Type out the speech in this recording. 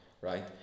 right